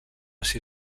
ser